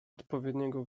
odpowiedniego